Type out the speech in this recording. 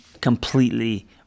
completely